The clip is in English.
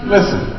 Listen